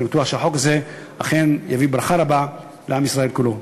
ואני בטוח שהחוק הזה אכן יביא ברכה רבה לעם ישראל כולו.